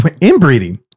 Inbreeding